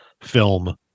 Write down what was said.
Film